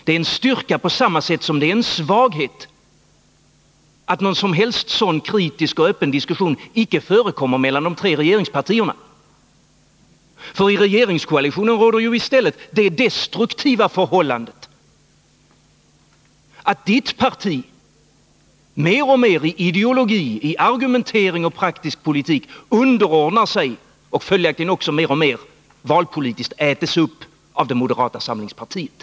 Nr 52 Det är vidare en svaghet att någon som helst kritisk och öppen diskussion icke förekommer mellan de tre regeringspartierna. I regeringskoalitionen råder i stället det destruktiva förhållandet att Johan Olssons parti mer och mer i ideologi, i argumentering och i praktisk politik underordnar sig och följaktligen mer och mer valpolitiskt äts upp av moderata samlingspartiet.